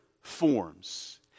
forms